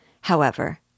However